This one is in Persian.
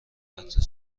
قطره